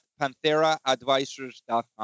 PantheraAdvisors.com